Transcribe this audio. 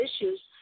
issues